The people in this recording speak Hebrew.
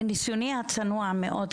מניסיוני הצנוע מאוד,